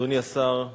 אדוני השר,